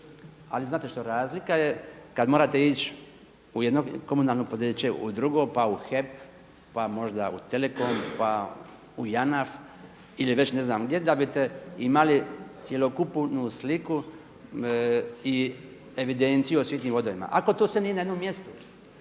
Ali znate što, razlika je kad morate ići u jedno komunalno poduzeće, u drugo, pa u HEP, pa možda u Telecom, pa u Janaf, ili već ne znam gdje da biste imali cjelokupnu sliku i evidenciju o svim tim vodovima. Ako to sve nije na jednom mjestu,